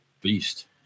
beast